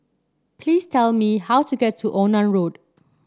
please tell me how to get to Onan Road